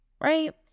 right